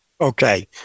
Okay